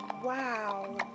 wow